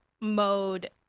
mode